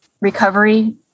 recovery